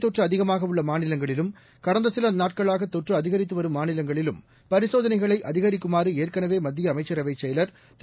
தொற்றுஅதிகமாகஉள்ளமாநிலங்களிலும் கடந்தசிலநாட்களாகதொற்றுஅதிகரித்துவரும் நோய்த் மாநிலங்களிலும் பரிசோதனைகளைஅதிகரிக்குமாறுஏற்களவேமத்தியஅமைச்சரவைச் செயலர் திரு